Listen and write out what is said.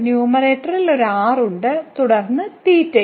നമുക്ക് ന്യൂമറേറ്ററിൽ ഒരു r ഉണ്ട് തുടർന്ന് ഉം ഉം